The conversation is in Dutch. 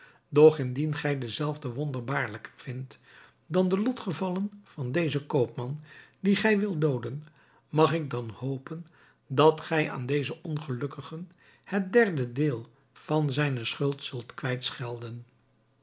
doch indien gij dezelve wonderbaarlijker vindt dan de lotgevallen van dezen koopman dien gij wilt dooden mag ik dan hopen dat gij aan dezen ongelukkigen het derde deel van zijne schuld zult